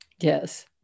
Yes